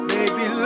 Baby